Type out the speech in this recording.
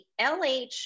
LH